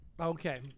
Okay